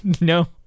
No